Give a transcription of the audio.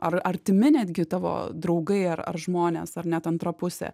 ar artimi netgi tavo draugai ar ar žmonės ar net antra pusė